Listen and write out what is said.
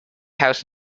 house